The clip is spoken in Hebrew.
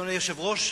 אדוני היושב-ראש,